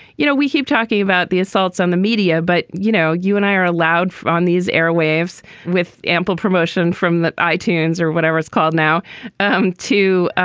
you know, we keep talking about the assaults on the media. but, you know, you and i are allowed on these airwaves with ample promotion from i-tunes or whatever it's called now um to,